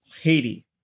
Haiti